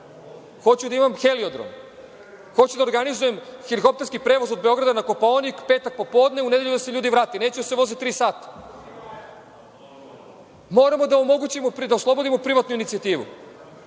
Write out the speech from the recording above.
hoću da imam heliodrom, hoću da organizujem helikopterski prevoz od Beograda na Kopaonik u pet popodne, u nedelju da se ljudi vrate, neću da se voze tri sata. Moramo da oslobodimo privatnu inicijativu,